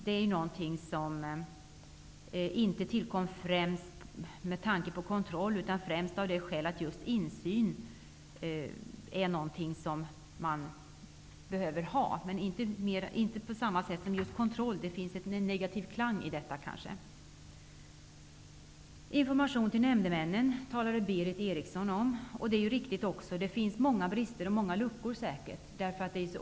Lekmannainstitutionen har inte tillkommit med tanke på kontroll utan främst för att insyn är någonting som man behöver ha. Det ligger en negativ klang i ordet kontroll. Berith Eriksson talade om information till nämndemännen. Det är riktigt att det finns många brister i detta avseende.